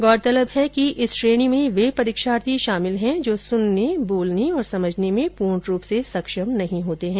गौरतलब है कि इस श्रेणी में वे परीक्षार्थी शामिल है जो सुनने बोलने और समझने में पूर्ण रूप से सक्षम नहीं होते है